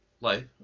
life